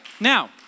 now